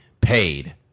paid